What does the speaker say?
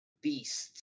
beasts